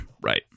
right